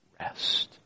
rest